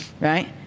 Right